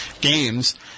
games